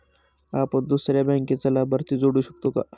आपण दुसऱ्या बँकेचा लाभार्थी जोडू शकतो का?